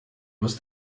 was